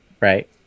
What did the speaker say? Right